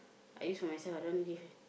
I use for myself I don't give